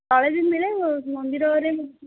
ତଳେ ବି ମିଳେ ମନ୍ଦିରରେ